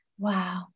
Wow